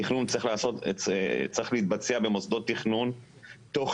תכנון צריך להתבצע במוסדות תכנון תוך